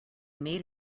made